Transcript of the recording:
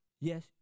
Yes